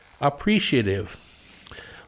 appreciative